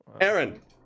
Aaron